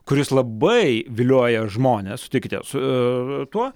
kuris labai vilioja žmones sutikite su tuo